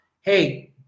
Hey